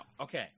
Okay